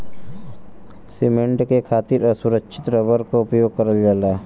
cement के खातिर असुरछित रबर क उपयोग करल जाला